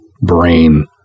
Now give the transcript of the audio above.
brain